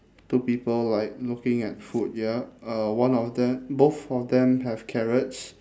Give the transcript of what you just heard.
two people like looking at food ya uh one of them both of them have carrots